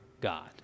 God